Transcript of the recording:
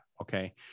okay